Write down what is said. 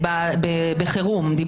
בחירום.